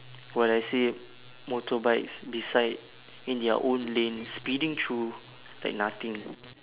while I see motorbikes beside in their own lanes speeding through like nothing